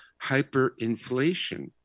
hyperinflation